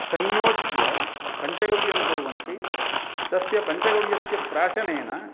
संयोज्य पञ्चगव्यं कुर्वन्ति तस्य पञ्चगव्यस्य प्राशनेन